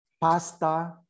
pasta